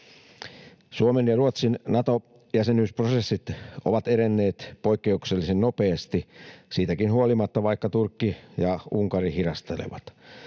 Suomen ja Ruotsin Nato-jäsenyysprosessit ovat edenneet poikkeuksellisen nopeasti, siitäkin huolimatta, vaikka Turkki ja Unkari hidastelevat.